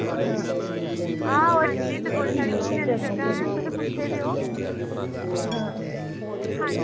आं आं ओह् ठीक ऐ